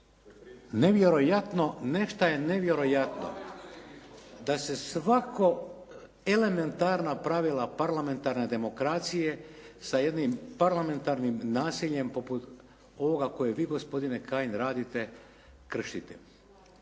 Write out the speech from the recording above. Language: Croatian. nešto je nevjerojatno, da se svako elementarna pravila parlamentarne demokracije sa jednim parlamentarnim nasiljem poput ovoga koje vi gospodine Kajin radite kršite.